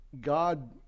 God